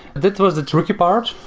that was a tricky part.